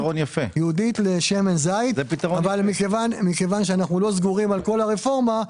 מכיוון שאנחנו לא סגורים על כל הרפורמה,